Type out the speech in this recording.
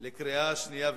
בעד, 10,